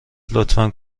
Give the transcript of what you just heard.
لطفا